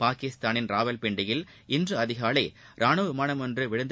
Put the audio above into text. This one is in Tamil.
பாகிஸ்தானின் ராவல்பிண்டியில் இன்று அதிகாலை ரானுவ விமானம் இன்று விழுந்து